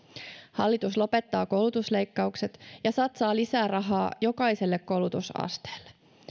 hallitus lopettaa koulutusleikkaukset ja satsaa lisää rahaa jokaiselle koulutusasteelle